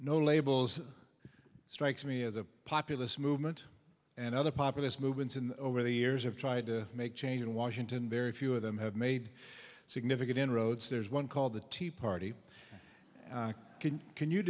no labels strikes me as a populist movement and other populist movements in over the years have tried to make change in washington very few of them have made significant inroads there's one called the tea party can